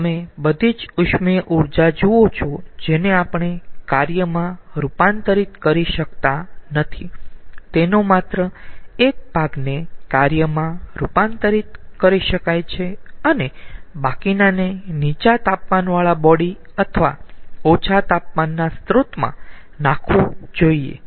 તેથી તમે બધી જ ઉષ્મીય ઊર્જા જુઓ છો જેને આપણે કાર્યમાં રૂપાંતરિત કરી શકતા નથી તેના માત્ર એક ભાગને કાર્યમાં રૂપાંતરિત કરી શકાય છે અને બાકીનાને નીચા તાપમાનવાળા બોડી અથવા ઓછા તાપમાનના સ્ત્રોતમાં નાખવું જોઈયે